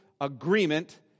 agreement